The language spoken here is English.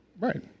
right